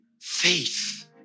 Faith